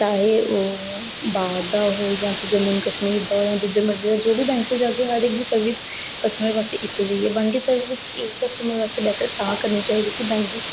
चाहे ओह् बाहर दा हो जां जम्मू कशमीर दा होऐ जिद्धर मर्जी दा होऐ जो बी बैंक च जाह्गेओ हर इक दी सर्विस कस्टमर बास्तै इक्को जेही ऐ बैंक दी सर्विस कस्टमर बास्तै बेटर तां करनी चाहिदी कि बैंक गी